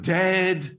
dead